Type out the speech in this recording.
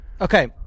Okay